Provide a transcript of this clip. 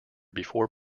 before